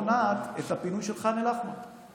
נמצא פה השר פרוש, הוא יודע יותר